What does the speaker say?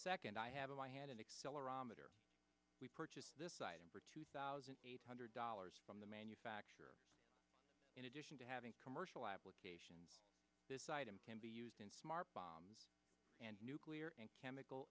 second i have in my hand an accelerometer we purchased this item for two thousand eight hundred dollars from the manufacturer in addition to having commercial application this item can be used in smart bomb and nuclear and chemical